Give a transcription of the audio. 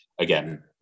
again